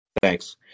thanks